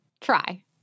Try